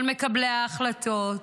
לכל מקבלי ההחלטות,